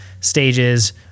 Stages